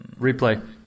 Replay